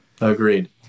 Agreed